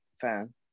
fan